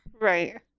right